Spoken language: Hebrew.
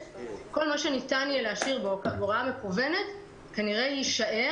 כל מה שניתן יהיה להשאיר בהוראה מקוונת כנראה יישאר